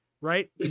right